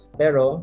pero